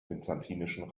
byzantinischen